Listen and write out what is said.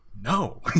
no